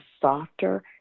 softer